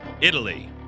Italy